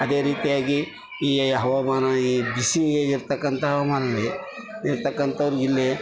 ಅದೇ ರೀತಿಯಾಗಿ ಈ ಹವಾಮಾನ ಈ ಬಿಸಿ ಇರ್ತಕ್ಕಂಥ ಹವಾಮಾನಗಳಿಗೆ ಇರ್ತಕ್ಕಂಥವ್ರು ಇಲ್ಲಿಯೇ